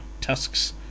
tusks